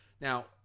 Now